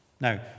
Now